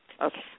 Okay